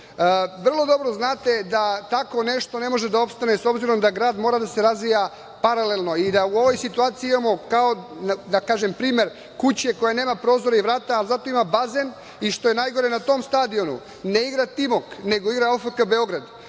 dobro znate da tako nešto ne može da opstane s obzirom da grad mora da se razvija paralelno i da u ovoj situaciji imamo kao, da kažem, primer kuće koja nema prozore i vrata, ali zato ima bazan i što je najgore, na tom stadionu ne igra Timok, negoigra OFK Beograd.